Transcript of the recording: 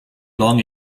long